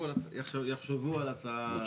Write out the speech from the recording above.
יחשבו על הצעה משופרת.